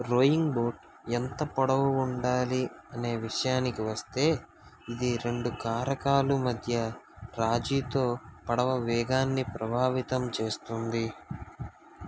rowing boat ఎంత పొడవు ఉండాలి అనే విషయానికి వస్తే ఇది రెండు కారకాలు మధ్య రాజీతో పడవ వేగాన్ని ప్రభావితం చేస్తుంది రోయింగ్ బోటు ఎంత పొడవు ఉండాలి అనే విషయానికి వస్తే ఇది రెండు కారకాలు మధ్య రాజీ తో పడవ వేగాన్ని ప్రభావితం చేస్తుంది